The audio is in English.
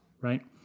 right